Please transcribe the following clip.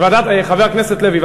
חבר הכנסת לוי,